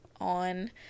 on